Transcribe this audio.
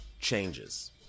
changes